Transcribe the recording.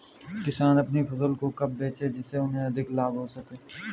किसान अपनी फसल को कब बेचे जिसे उन्हें अधिक लाभ हो सके?